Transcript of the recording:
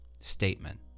statement